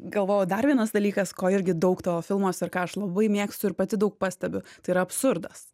galvojau dar vienas dalykas ko irgi daug tavo filmuose ir ką aš labai mėgstu ir pati daug pastebiu tai yra absurdas